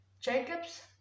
Jacobs